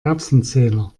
erbsenzähler